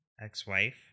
ex-wife